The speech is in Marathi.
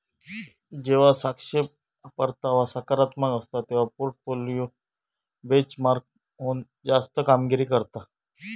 जेव्हा सापेक्ष परतावा सकारात्मक असता, तेव्हा पोर्टफोलिओ बेंचमार्कहुन जास्त कामगिरी करता